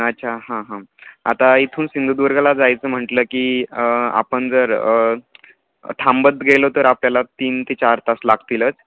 अच्छा हां हां आता इथून सिंधुदुर्गाला जायचं म्हटलं की आपण जर थांबत गेलो तर आपल्याला तीन ते चार तास लागतीलच